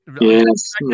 Yes